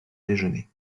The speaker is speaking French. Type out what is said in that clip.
déjeuner